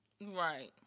Right